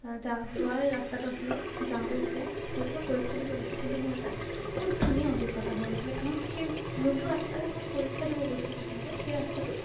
যোৱাৰ ৰাস্তাটো আছিলে যাওঁতে যেতিয়া হয়তো মই পৰীক্ষা দিব গৈছোঁ কিন্তু মোৰ এটা বহুত ধুনীয়া অভিজ্ঞতা হৈ গৈছিলে কাৰণ সেই যোনটো ৰাস্তাৰে মই পৰীক্ষা দিব গৈছিলোঁ তিতাবৰ সেই ৰাস্তাটো